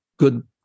good